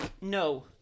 no